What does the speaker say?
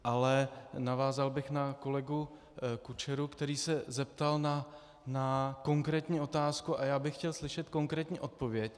Ale navázal bych na kolegu Kučeru, který se zeptal na konkrétní otázku, a já bych chtěl slyšet konkrétní odpověď.